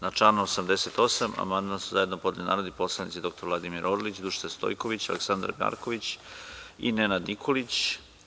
Na član 88. amandman su zajedno podneli narodni poslanici dr Vladimir Orlić, Dušica Stojković, Aleksandar Marković i Nenad Nikolić.